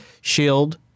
Shield